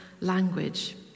language